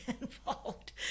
involved